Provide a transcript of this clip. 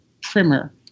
primer